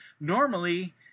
normally